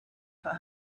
for